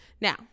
Now